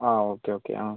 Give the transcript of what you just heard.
ആ okay okay ആ